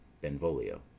Benvolio